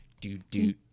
Do-do